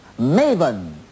Maven